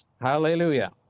Hallelujah